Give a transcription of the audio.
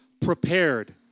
prepared